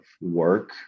work